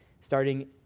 starting